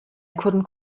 couldn’t